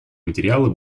материала